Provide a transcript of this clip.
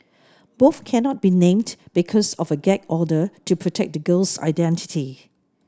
both cannot be named because of a gag order to protect the girl's identity